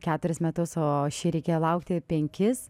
keturis metus o šį reikėjo laukti penkis